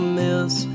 miss